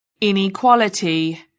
Inequality